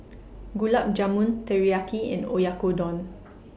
Gulab Jamun Teriyaki and Oyakodon